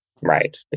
right